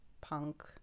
punk